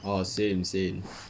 orh same same